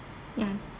ya